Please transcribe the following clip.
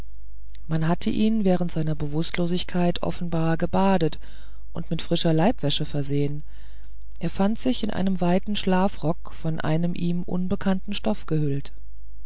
man hatte ihn während seiner bewußtlosigkeit offenbar gebadet und mit frischer leibwäsche versehen er fand sich in einen weiten schlafrock von einem ihm unbekannten stoff gehüllt